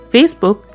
Facebook